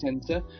Center